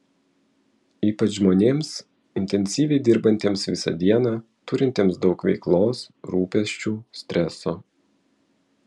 ypač žmonėms intensyviai dirbantiems visą dieną turintiems daug veiklos rūpesčių streso